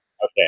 Okay